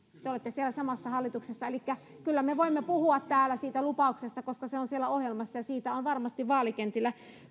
te olette siellä samassa hallituksessa elikkä kyllä me voimme puhua täällä siitä lupauksesta koska se on siellä ohjelmassa ja siitä on varmasti vaalikentillä